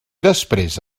després